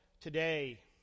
today